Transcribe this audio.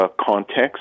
context